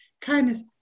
kindness